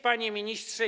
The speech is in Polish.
Panie Ministrze!